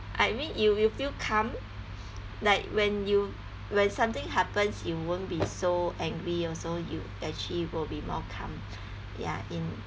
I mean you you feel calm like when you when something happens you won't be so angry also you actually will be more calm ya in